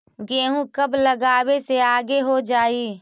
गेहूं कब लगावे से आगे हो जाई?